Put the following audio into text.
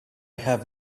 have